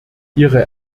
ihre